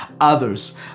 Others